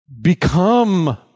become